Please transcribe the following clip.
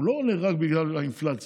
הוא לא עולה רק בגלל האינפלציה,